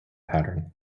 pattern